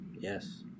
Yes